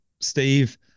Steve